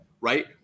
right